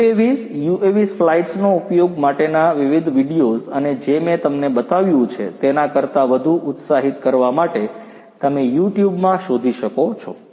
UAVs UAVs flights નો ઉપયોગ માટેના વિવિધ વિડિઓઝ અને જે મેં તમને બતાવ્યું છે તેના કરતાં વધુ ઉત્સાહિત કરવા માટે તમે યુટ્યુબમાં શોધી શકો છો